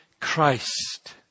Christ